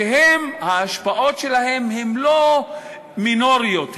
שההשפעות שלהם לא מינוריות,